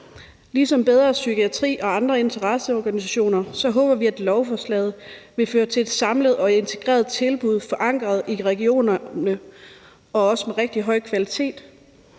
Ligesom Bedre Psykiatri og andre interesseorganisationer håber vi, at lovforslaget vil føre til et samlet og integreret tilbud forankret i regionerne og også med en rigtig høj kvalitet,